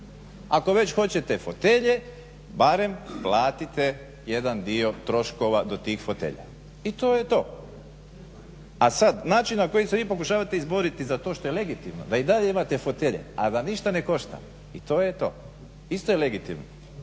Ako već hoćete fotelje barem platite jedan dio troškova do tih fotelja i to je to. A sad način na koji se vi pokušavate izboriti za to što je legitimno, da i dalje imate fotelje, a da ništa ne košta i to je to. Isto je legitimno.